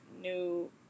new